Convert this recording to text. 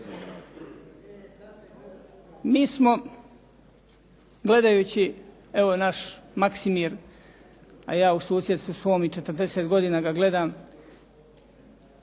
Mi smo, gledajući evo naš Maksimir, a ja u susjedstvu svom i 40 godina ga gledam,